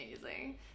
amazing